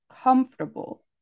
comfortable